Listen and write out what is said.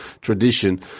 tradition